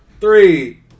three